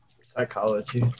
Psychology